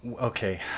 okay